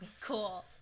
Cool